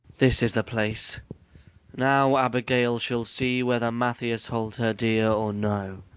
this is the place now abigail shall see whether mathias holds her dear or no.